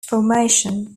formation